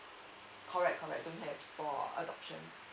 correct correct don't have for adoption